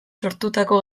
sortutako